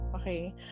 Okay